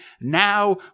now